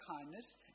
kindness